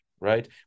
Right